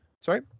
sorry